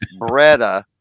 Beretta